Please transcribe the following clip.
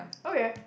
okay